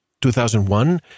2001